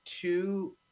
two